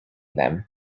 them